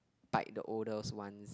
bite the older's one's